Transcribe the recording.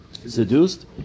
seduced